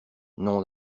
nom